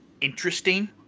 interesting